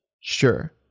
Sure